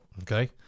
Okay